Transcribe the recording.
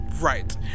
Right